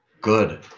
good